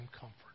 comfort